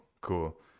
cool